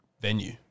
venue